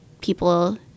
people